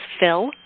phil